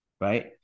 right